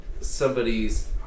somebody's